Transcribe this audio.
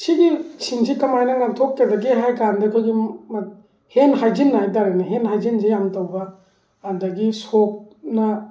ꯁꯤꯒꯤꯁꯤꯡꯁꯦ ꯀꯃꯥꯏꯅ ꯉꯥꯛꯊꯣꯛꯀꯗꯒꯦ ꯍꯥꯏꯔꯀꯥꯟꯗ ꯑꯩꯈꯣꯏꯒꯤ ꯍꯦꯜꯊ ꯍꯥꯏꯖꯤꯟꯅ ꯍꯥꯏꯕꯇꯥꯔꯦꯅꯦ ꯍꯦꯜꯊ ꯍꯥꯏꯖꯤꯟꯁꯦ ꯌꯥꯝ ꯇꯧꯕ ꯑꯗꯒꯤ ꯁꯣꯞ ꯅ